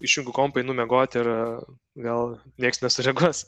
išjungiu kompą einu miegot ir gal nieks nesureaguos